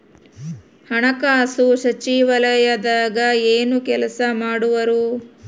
ಹಣಕಾಸು ಸಚಿವಾಲಯದಾಗ ಏನು ಕೆಲಸ ಮಾಡುವರು?